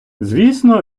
звісно